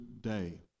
day